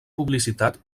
publicitat